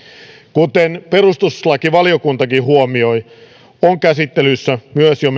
kuten perustuslakivaliokuntakin huomioi on käsittelyssä mennyt myös jo